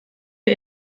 der